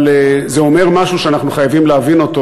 אבל זה אומר משהו שאנחנו חייבים להבין אותו.